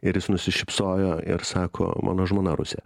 ir jis nusišypsojo ir sako mano žmona rusė